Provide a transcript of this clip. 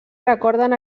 recorden